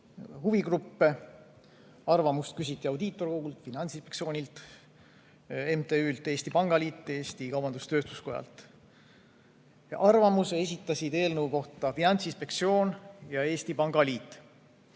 aruteludesse. Arvamust küsiti Audiitorkogult, Finantsinspektsioonilt, MTÜ‑lt Eesti Pangaliit ja Eesti Kaubandus-Tööstuskojalt. Arvamuse esitasid eelnõu kohta Finantsinspektsioon ja Eesti Pangaliit.